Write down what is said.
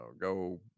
go